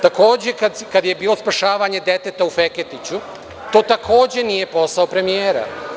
Takođe, kad je bilo spašavanje deteta u Feketiću, to takođe nije posao premijera.